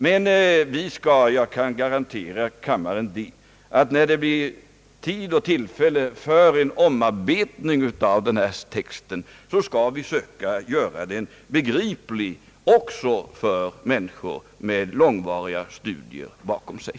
Men jag kan garantera kammaren, att när det blir tid för en omarbetning av denna text, skall vi försöka göra den begriplig — också för människor med långvariga studier bakom sig!